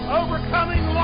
overcoming